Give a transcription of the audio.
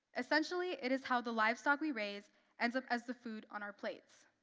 essentially, it is how the livestock we raise ends up as the food on our plates.